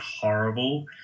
horrible